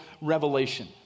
revelation